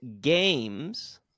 games